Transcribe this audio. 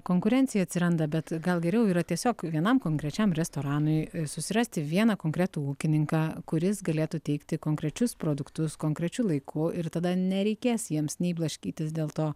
konkurencija atsiranda bet gal geriau yra tiesiog vienam konkrečiam restoranui susirasti vieną konkretų ūkininką kuris galėtų teikti konkrečius produktus konkrečiu laiku ir tada nereikės jiems nei blaškytis dėl to